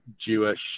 Jewish